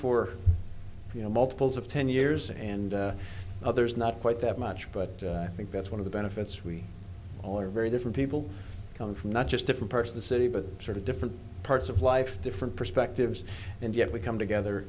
for you know multiples of ten years and others not quite that much but i think that's one of the benefits we all are very different people come from not just different person the city but sort of different parts of life different perspectives and yet we come together